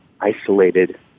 isolated